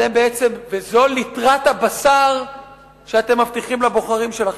זו ליטרת הבשר שאתם מבטיחים לבוחרים שלכם.